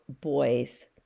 boys